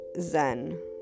zen